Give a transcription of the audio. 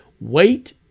Wait